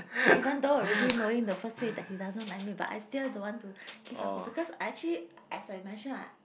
even though already knowing the first day that he doesn't like me but I still don't want to give up hope because I actually as I mention ah